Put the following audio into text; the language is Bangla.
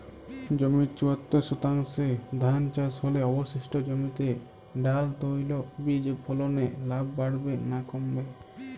জমির চুয়াত্তর শতাংশে ধান চাষ হলে অবশিষ্ট জমিতে ডাল তৈল বীজ ফলনে লাভ বাড়বে না কমবে?